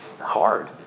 hard